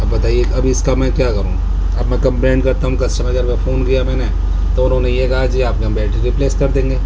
اب بتائیے اب اس کا میں کیا کروں اب میں کمپلین کرتا ہوں کسٹمر کیئر پہ فون کیا میں نے تو انہوں نے یہ کہا جی آپ کی ہم بیٹری ریپلیس کر دیں گے